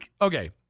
okay